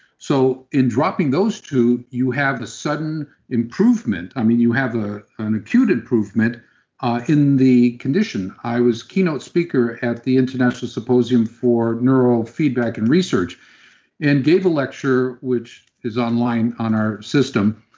so in dropping those two, you have a sudden improvement. i mean, you have ah an acute improvement in the condition. i was keynote speaker at the international symposium for neurofeedback and research and gave a lecture, which is online on our system,